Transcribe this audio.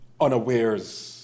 unawares